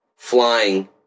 Flying